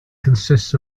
consists